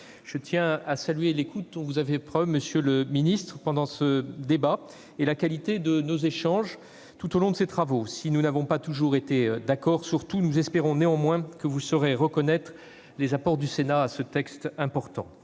je tiens à saluer l'écoute dont vous avez fait preuve pendant nos débats et la qualité de nos échanges tout au long de nos travaux. Si nous n'avons pas toujours été d'accord sur tout, nous espérons néanmoins que vous saurez reconnaître les apports du Sénat à ce texte important.